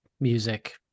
music